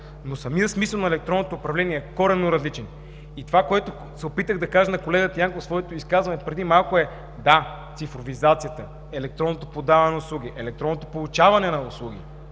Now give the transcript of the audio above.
но самият смисъл на електронното управление е коренно различен. И това, което се опитах да кажа на колегата Янков в своето изказване преди малко, е: да, цифровизацията, електронното поддаване на услуги, електронното получаване на услуги